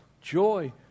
joy